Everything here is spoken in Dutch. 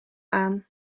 aan